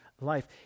life